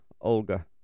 Olga